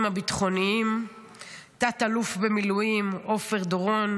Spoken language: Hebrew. הביטחוניים תת-אלוף במילואים עפר דורון,